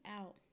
out